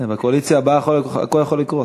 בקואליציה הבאה הכול יכול לקרות.